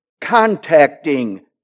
contacting